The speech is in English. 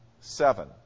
Seven